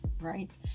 right